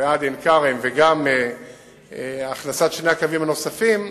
ועד עין-כרם וגם הכנסת שני הקווים הנוספים,